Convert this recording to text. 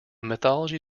mythology